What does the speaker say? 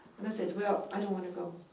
and i said, well, i don't want to go.